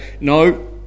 no